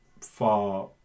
far